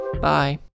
Bye